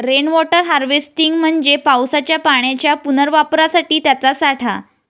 rain water harvesting म्हणजे पावसाच्या पाण्याच्या पुनर्वापरासाठी त्याचा साठा